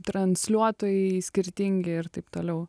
transliuotojai skirtingi ir taip toliau